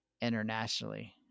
internationally